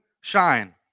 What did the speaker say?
shine